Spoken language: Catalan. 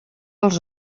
els